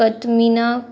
कतमिना